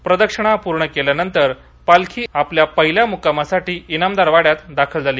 प्रदक्षिणा पूर्ण करून केल्यानंतर पालखी आपल्या पहिल्या मुक्कामी इनामदार वाड्यात दाखल झाली